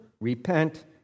repent